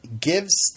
gives